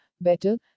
better